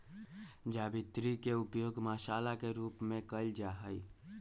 जावित्री के उपयोग मसाला के रूप में कइल जाहई